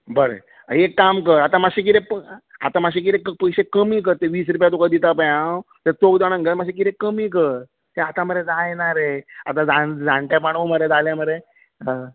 बरें एक काम कर आतां मातशे कितें आतां मातशे कितें पयशे कमी कर ते वीस रुप्या तुका दिता पळय हांव ते चवदा ना तर कितें कमी कर तें आतां मरे जायना रे आतां जाण जाणटेपणूय जालें मरे